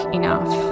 enough